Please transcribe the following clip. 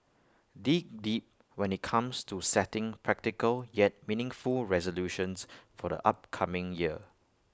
dig deep when IT comes to setting practical yet meaningful resolutions for the upcoming year